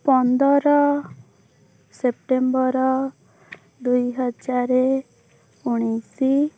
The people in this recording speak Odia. ପନ୍ଦର ସେପ୍ଟେମ୍ବର ଦୁଇହଜାର ଉଣେଇଶ